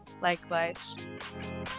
Likewise